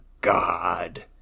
God